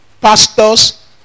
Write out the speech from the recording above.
pastors